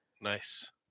Nice